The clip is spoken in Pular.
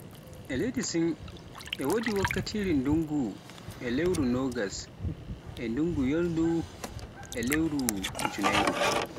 Leydi Sin e wodi wattakire ndungu lewru nogas e ndunngu yoorngu e lewru junairu.